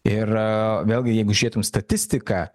ir vėlgi jeigu žiūrėtum statistiką